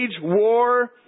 war